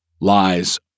lies